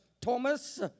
Thomas